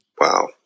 Wow